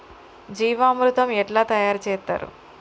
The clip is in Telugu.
జీవామృతం ఎట్లా తయారు చేత్తరు?